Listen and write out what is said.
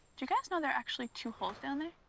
you guys know there are actually two holes down there?